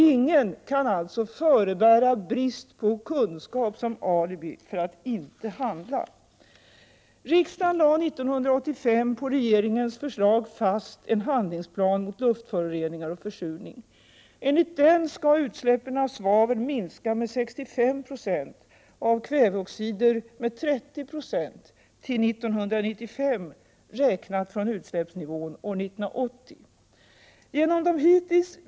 Ingen kan alltså förebära brist på kunskap som alibi för att inte handla. Riksdagen lade 1985 på regeringens förslag fast en handlingsplan mot luftföroreningar och försurning. Enligt den skall utsläppen av svavel minska med 65 90 och utsläppen av kväveoxider med 30 9 till 1995, räknat från utsläppsnivån år 1980.